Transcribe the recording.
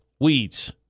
weeds